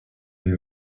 les